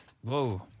Whoa